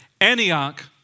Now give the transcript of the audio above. Antioch